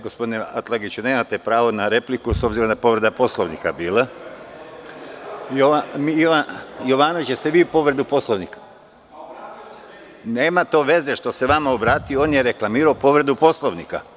Gospodine Atlagiću, nemate pravo na repliku, s obzirom da je bila povreda Poslovnika. (Marko Atlagić, s mesta: Obratio se meni.) Nema veze što se vama obratio, on je reklamirao povredu Poslovnika.